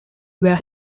where